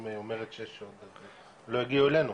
אם היא אומרת שיש עוד אז הם לא הגיעו אלינו.